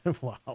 wow